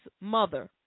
mother